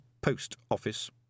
post-office